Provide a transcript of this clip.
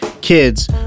kids